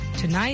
Tonight